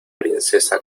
princesa